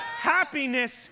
Happiness